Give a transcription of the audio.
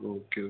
okay okay